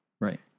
Right